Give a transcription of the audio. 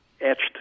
etched